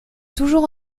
toujours